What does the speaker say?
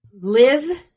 Live